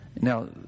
Now